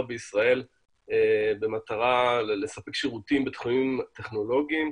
בישראל במטרה לספק שירותים בתחומים טכנולוגיים,